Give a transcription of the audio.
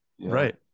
Right